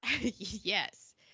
Yes